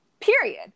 Period